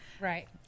Right